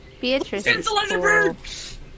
Beatrice